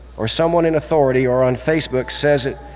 or someone in authority or on facebook says it,